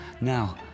Now